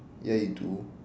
ya you do